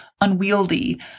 unwieldy